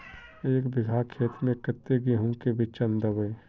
एक बिगहा खेत में कते गेहूम के बिचन दबे?